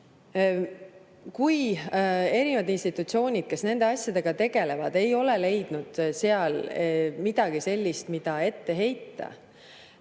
erinevad institutsioonid, kes nende asjadega tegelevad, ei ole leidnud midagi sellist, mida ette heita,